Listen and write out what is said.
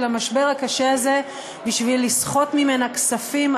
המשבר הקשה הזה בשביל לסחוט ממנה כספים,